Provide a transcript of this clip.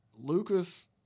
Lucas